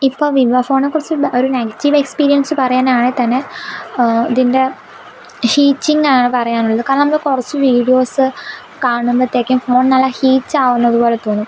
ഇപ്പം വിവോ ഫോണെക്കുറിച്ചുള്ള ഒരു നെഗറ്റീവ് എക്സ്പിരീയന്സ് പറയാനാണെൽ തന്നെ ഇതിന്റെ ഹീറ്റിങ് ആണ് പറയാനുള്ളത് കാരണം കുറച്ച് വിഡീയോസ് കാണുമ്പത്തേക്കും ഫോണ് നല്ല ഹീറ്റ് ആകുന്നതുപോലെ തോന്നും